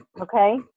okay